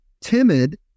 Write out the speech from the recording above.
timid